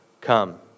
come